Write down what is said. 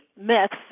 myths